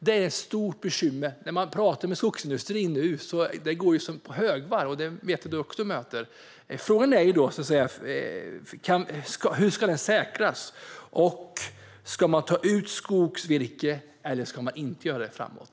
Det är ett stort bekymmer nu enligt skogsindustrin, som ju går på högvarv. Detta vet jag att ministern också möter. Hur ska den tillgången säkras? Ska man ta ut skogsvirke framöver eller ska man inte göra det?